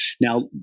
Now